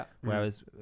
Whereas